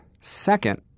Second